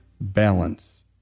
Balance